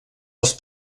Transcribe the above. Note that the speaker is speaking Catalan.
els